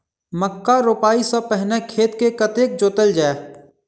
मक्का रोपाइ सँ पहिने खेत केँ कतेक जोतल जाए?